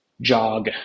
jog